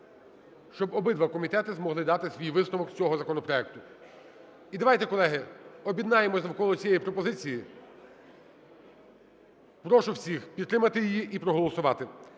щоб обидва комітети змогли дати висновок з цього законопроекту. І, давайте колеги, об'єднаємося навколо цієї пропозиції, прошу всіх підтримати її і проголосувати.